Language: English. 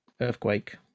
Earthquake